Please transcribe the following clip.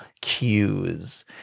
cues